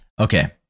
Okay